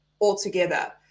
altogether